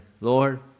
Lord